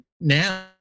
now